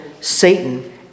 Satan